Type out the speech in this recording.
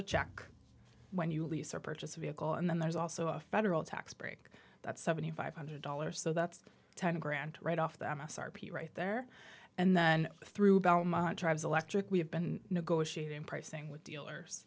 to check when you lease or purchase a vehicle and then there's also a federal tax break that's seventy five hundred dollars so that's ten grand right off them a sarpi right there and then through belmont tribes electric we have been negotiating pricing with dealers